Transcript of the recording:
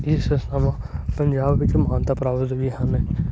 ਇਹ ਸੰਸਥਾਵਾਂ ਪੰਜਾਬ ਵਿੱਚ ਮਾਨਤਾ ਪ੍ਰਾਪਤ ਵੀ ਹਨ